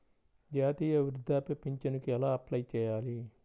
జాతీయ వృద్ధాప్య పింఛనుకి ఎలా అప్లై చేయాలి?